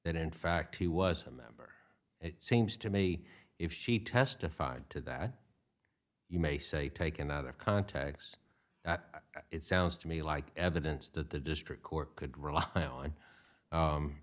that in fact he was a member it seems to me if she testified to that you may say taken out of context that it sounds to me like evidence that the district court could rely on